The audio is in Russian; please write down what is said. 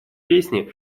песни